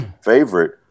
favorite